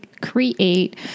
create